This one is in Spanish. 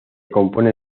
compone